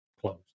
closed